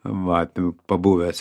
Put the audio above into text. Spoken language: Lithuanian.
vat pabuvęs